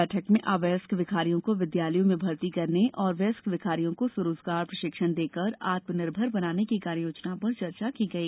बैठक में अवयस्क भिखारियों को विद्यालयों में भर्ती करने और वयस्क भिखारियों को स्वरोजगार प्रशिक्षण देकर आत्मनिर्भर बनाने की कार्ययोजना पर चर्चा की गई